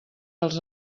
als